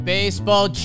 Baseball